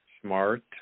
smart